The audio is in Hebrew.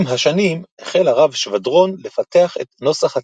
עם השנים החל הרב שבדרון לפתח את נוסח התפילה,